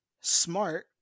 smart